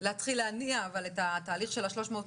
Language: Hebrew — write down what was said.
אנחנו יכולים לשנות ולהעלות את שעות הסיעוד,